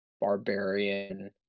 barbarian